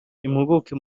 impuguke